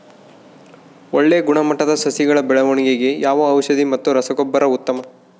ಒಳ್ಳೆ ಗುಣಮಟ್ಟದ ಸಸಿಗಳ ಬೆಳವಣೆಗೆಗೆ ಯಾವ ಔಷಧಿ ಮತ್ತು ರಸಗೊಬ್ಬರ ಉತ್ತಮ?